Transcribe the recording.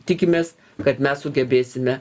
tikimės kad mes sugebėsime